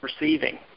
receiving